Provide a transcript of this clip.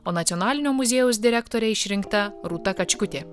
o nacionalinio muziejaus direktore išrinkta rūta kačkutė